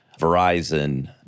Verizon